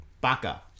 Baka